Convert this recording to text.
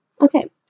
Okay